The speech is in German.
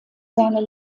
seine